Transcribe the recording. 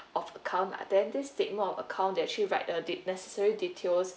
of account ah then this statement of account they actually write uh the necessary details